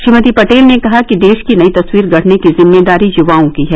श्रीमती पटेल ने कहा कि देश की नई तस्वीर गढ़ने की जिम्मेदारी युवाओं की है